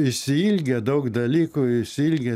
išsiilgę daug dalykų išsiilgę